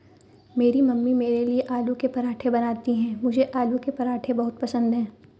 मेरी मम्मी मेरे लिए आलू के पराठे बनाती हैं मुझे आलू के पराठे बहुत पसंद है